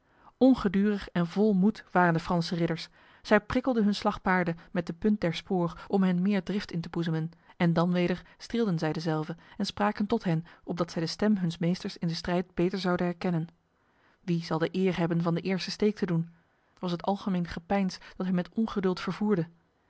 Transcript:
ongedurig en vol moed waren de franse ridders zij prikkelden hun slagpaarden met de punt der spoor om hen meer drift in te boezemen en dan weder streelden zij dezelve en spraken tot hen opdat zij de stem huns meesters in de strijd beter zouden herkennen wie zal de eer hebben van de eerste steek te doen was het algemeen gepeins dat hen met ongeduld vervoerde